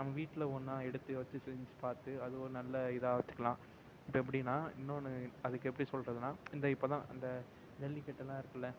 நம்ம வீட்டில் ஒன்றா எடுத்து வச்சு செஞ்சுப் பார்த்து அது ஒரு நல்ல இதாக வச்சுக்கலாம் இப்போ எப்படின்னா இன்னோன்று அதுக்கு எப்படி சொல்கிறதுன்னா இந்த இப்போ தான் அந்த ஜல்லிக்கட்டெல்லாம் இருக்கில்ல